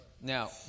Now